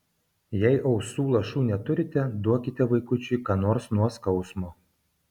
jei ausų lašų neturite duokite vaikučiui ką nors nuo skausmo